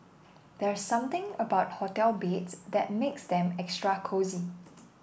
there's something about hotel beats that makes them extra cosy